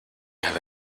have